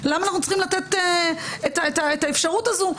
למה אנחנו צריכים לתת את האפשרות הזו?